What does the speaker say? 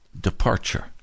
departure